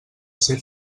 ser